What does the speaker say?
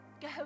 go